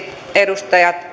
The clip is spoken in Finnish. edustajat